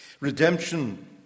Redemption